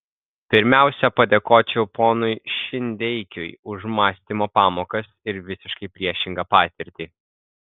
pirmiausia padėkočiau ponui šindeikiui už mąstymo pamokas ir visiškai priešingą patirtį